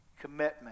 commitment